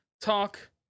talk